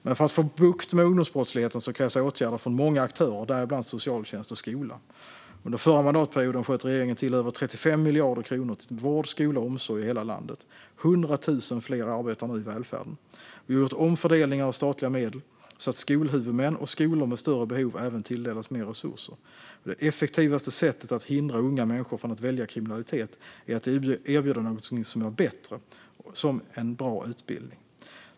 Men för att få bukt med ungdomsbrottsligheten krävs åtgärder från många aktörer, däribland socialtjänst och skola. Under förra mandatperioden sköt regeringen till över 35 miljarder kronor till vård, skola och omsorg i hela landet. 100 000 fler arbetar nu i välfärden. Vi har gjort om fördelningen av statliga medel så att skolhuvudmän och skolor med större behov även tilldelas mer resurser. Det effektivaste sättet att hindra unga människor från att välja kriminalitet är att erbjuda något som är bättre, som en bra utbildning.